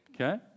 okay